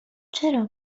چرا